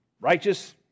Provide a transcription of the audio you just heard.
righteous